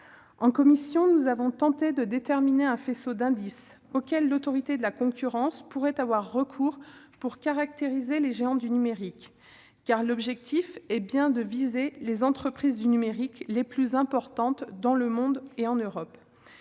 En commission, nous avons tenté de déterminer un faisceau d'indices auquel l'Autorité de la concurrence pourrait avoir recours pour caractériser les géants du numérique. Car l'objectif est bien de viser les entreprises du numérique les plus importantes dans le monde et en Europe.